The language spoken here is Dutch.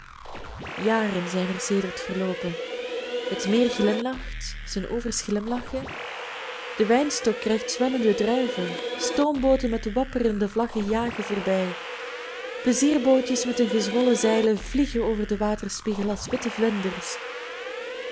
jaren zijn er sedert verloopen het meer glimlacht zijn oevers glimlachen de wijnstok krijgt zwellende druiven stoombooten met wapperende vlaggen jagen voorbij plezierbootjes met hun gezwollen zeilen vliegen over den waterspiegel als witte vlinders